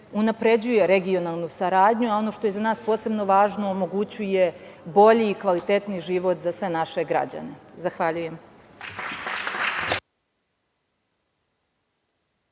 unapređuje regionalnu saradnju, a ono što je za nas posebno važno omogućuje bolji i kvalitetniji život za sve naše građane. Zahvaljujem.